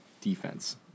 defense